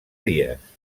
dies